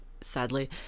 sadly